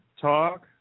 Talk